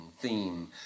theme